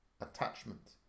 attachment